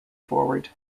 forward